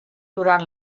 durant